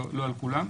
לא על כולם.